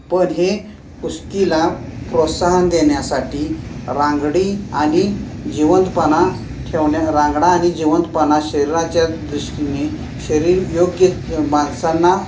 पण हे कुस्तीला प्रोत्साहन देण्यासाठी रांगडी आणि जीवंतपणा ठेवण्या रांगडा आणि जीवंतपणा शरीराच्या दृष्टीने शरीर योग्य माणसांना